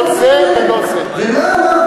לא זה ולא זה.